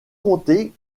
compter